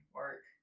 work